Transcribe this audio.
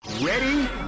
Ready